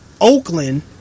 Oakland